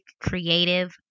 creative